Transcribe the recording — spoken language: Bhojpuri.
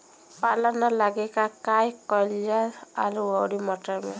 पाला न लागे का कयिल जा आलू औरी मटर मैं?